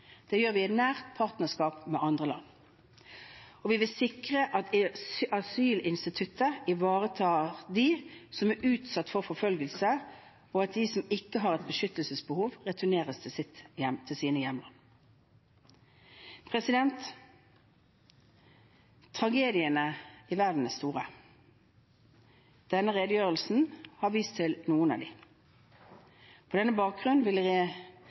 Det gjør vi i nært partnerskap med andre land. Vi vil sikre at asylinstituttet ivaretar dem som er utsatt for forfølgelse, og at de som ikke har et beskyttelsesbehov, returneres til sine hjemland. Tragediene i verden er store. Denne redegjørelsen har vist til noen av dem. På denne bakgrunn vil